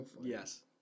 Yes